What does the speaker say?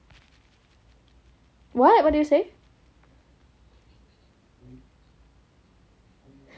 what what did you say